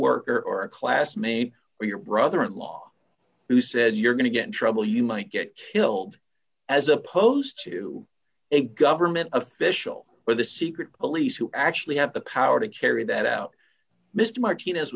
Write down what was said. worker or a classmate or your brother in law who says you're going to get in trouble you might get killed as opposed to a government official or the secret police who actually have the power to carry that out mr martinez